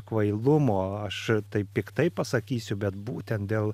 kvailumo aš taip piktai pasakysiu bet būtent dėl